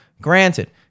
granted